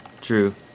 true